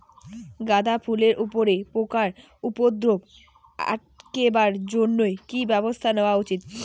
গাঁদা ফুলের উপরে পোকার উপদ্রব আটকেবার জইন্যে কি ব্যবস্থা নেওয়া উচিৎ?